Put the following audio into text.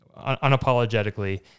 unapologetically